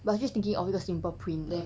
but I'm just thinking of 一个 simple print 的